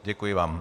Děkuji vám.